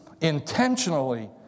intentionally